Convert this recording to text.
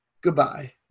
goodbye